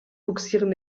bugsieren